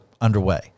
underway